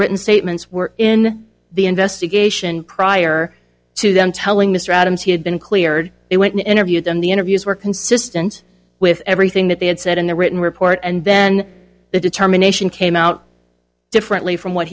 written statements were in the investigation prior to them telling mr adams he had been cleared it went in interview them the interviews were consistent with everything that they had said in a written report and then the determination came out differently from what